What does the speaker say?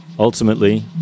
Ultimately